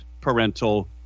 parental